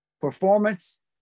Performance